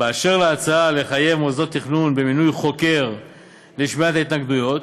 אשר להצעה לחייב מוסדות תכנון במינוי חוקר לשמיעת ההתנגדויות,